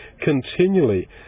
continually